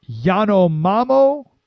Yanomamo